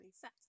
set